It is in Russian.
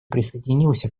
присоединился